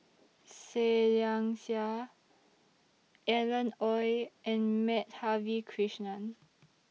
Seah Liang Seah Alan Oei and Madhavi Krishnan